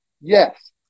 yes